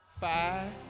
Five